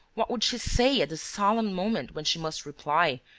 what would she say at the solemn moment when she must reply,